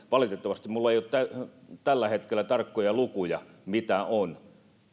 valitettavasti minulla ei ole tällä hetkellä tarkkoja lukuja mitä on